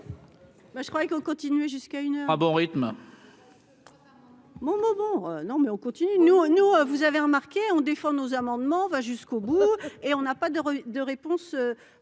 je croyais qu'ont continué jusqu'à une heure.